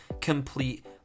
complete